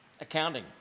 accounting